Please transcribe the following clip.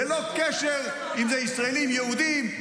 ללא קשר אם זה ישראלים יהודים,